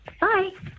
Bye